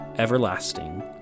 Everlasting